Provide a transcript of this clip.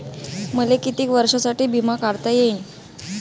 मले कितीक वर्षासाठी बिमा काढता येईन?